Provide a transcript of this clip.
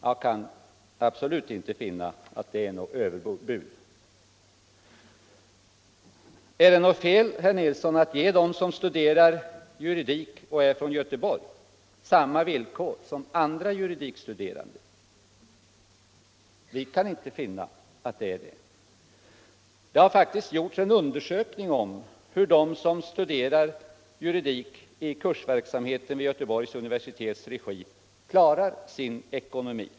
Jag kan absolut inte finna att det är något överbud. Är det något fel, herr Nilsson i Kristianstad, att ge dem som studerar juridik i Göteborg samma villkor som andra studerande? Vi kan inte finna att så är fallet. Det har faktiskt gjorts en undersökning om hur de som studerar juridik i Kursverksamhetens i Göteborg regi klarar sin ekonomi.